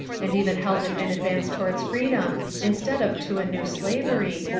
and even held it an advance towards freedom instead of to a new slavery,